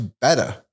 better